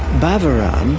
bavuran,